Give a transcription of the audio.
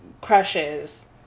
crushes